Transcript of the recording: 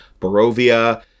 Barovia